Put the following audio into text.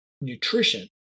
nutrition